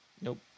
Nope